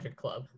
club